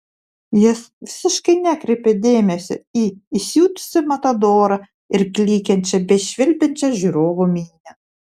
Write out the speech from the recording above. jis visiškai nekreipė dėmesio į įsiutusį matadorą ir klykiančią bei švilpiančią žiūrovų minią